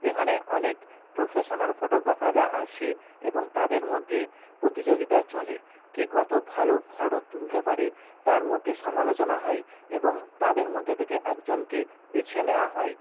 এখানে অনেক প্রফেশনাল ফটোগ্রাফাররা আসে এবং তাদের মধ্যে প্রতিযোগিতা চলে কে কত ভালো ফটো তুলতে পারে তার মধ্যে সমালোচনা হয় এবং তাদের মধ্যে থেকে একজনকে বেছে নেওয়া হয়